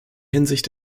hinsicht